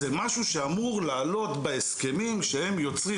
זה משהו שאמור לעלות בהסכמים שהם יוצרים